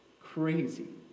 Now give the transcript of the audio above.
crazy